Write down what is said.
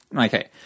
Okay